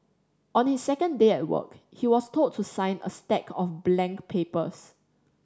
on his second day at work he was told to sign a stack of blank papers